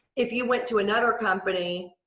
if you went to another company,